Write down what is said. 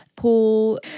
Paul